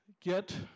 get